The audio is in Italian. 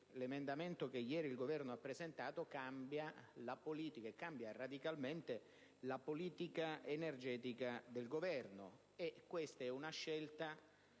l'emendamento che il Governo ha presentato cambia la radicalmente politica energetica del Governo. Questa è una scelta